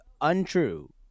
untrue